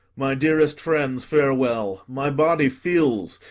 my dearest friends, farewell! my body feels,